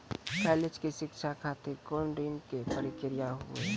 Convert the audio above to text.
College के शिक्षा खातिर कौन ऋण के प्रक्रिया हुई?